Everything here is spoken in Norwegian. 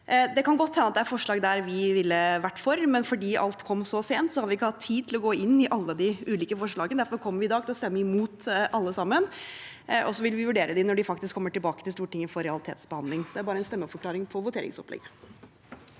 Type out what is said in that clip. Det kan godt hende det er forslag der vi ville vært for, men fordi alt kom så sent, har vi ikke hatt tid til å gå inn i alle de ulike forslagene. Derfor kommer vi i dag til å stemme imot alle sammen, og så vil vi vurdere dem når de faktisk kommer tilbake til Stortinget for realitetsbehandling. Det var bare en stemmeforklaring til voteringsopplegget.